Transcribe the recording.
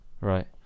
Right